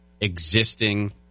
existing